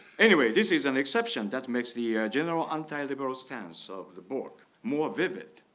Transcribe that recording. anyway, this is an exception that makes the general anti-liberal stance of the book more vivid.